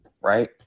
right